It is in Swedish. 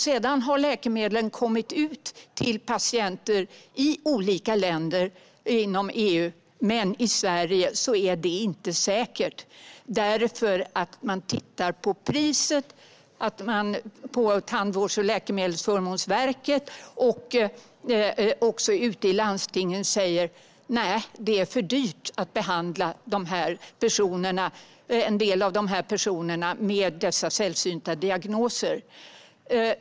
Sedan har läkemedlen kommit ut till patienter i olika länder inom EU, men i Sverige är det inte säkert, eftersom Tandvårds och läkemedelsförmånsverket tittar på priset och man ute i landstingen säger: Nej, det är för dyrt att behandla en del av de här personerna med dessa sällsynta diagnoser.